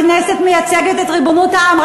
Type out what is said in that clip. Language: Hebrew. הכנסת מייצגת את ריבונות העם.